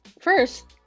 First